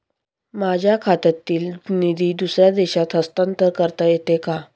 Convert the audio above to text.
माझ्या खात्यातील निधी दुसऱ्या देशात हस्तांतर करता येते का?